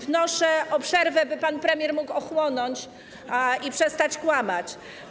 Wnoszę o przerwę, by pan premier mógł ochłonąć i przestać kłamać.